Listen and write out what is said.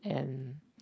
and